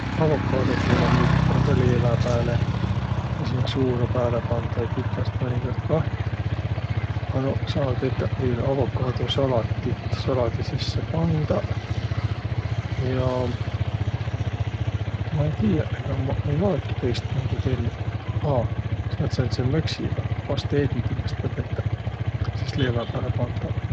Avokaadot mullõ miildüs pandaq leevä pääle ja sinnäq suula pääle pandaq ja pipõrd mõnikõrd kah. A noq saa tetäq viil avokaadosalatit, saladi sisse pandaq. Ja ma ei tiiäq, egaq maq ei olõki tõistmuudu tennüq. Aa, saat sääntse möksi vai pasteedi timäst ka tetäq ja sis leevä pääle pandaq.